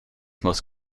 most